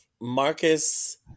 Marcus